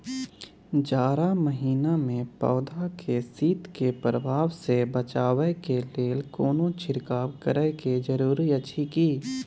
जारा महिना मे पौधा के शीत के प्रभाव सॅ बचाबय के लेल कोनो छिरकाव करय के जरूरी अछि की?